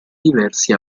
diversi